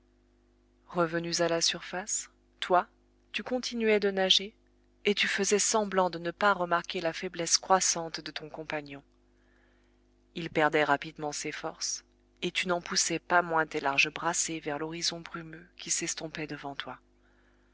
revenus à la surface toi tu continuais de nager et tu faisais semblant de ne pas remarquer la faiblesse croissante de ton compagnon il perdait rapidement ses forces et tu n'en poussais pas moins tes larges brassées vers l'horizon brumeux qui s'estompait devant toi